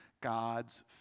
God's